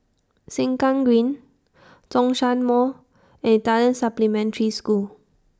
Sengkang Green Zhongshan Mall and Italian Supplementary School